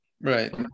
Right